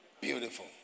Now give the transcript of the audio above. beautiful